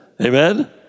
Amen